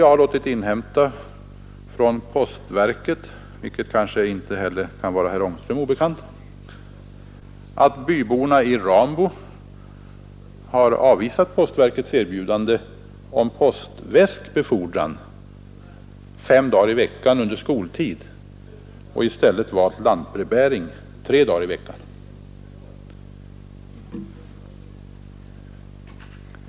Jag har från postverket låtit inhämta — vilket kanske inte är herr Ångström obekant — att byborna i Rambo har avvisat postverkets erbjudande om postväskbefordran fem dagar i veckan under skoltid och i stället valt lantbrevbäring tre dagar i veckan.